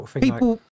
people